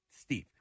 Steve